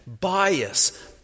bias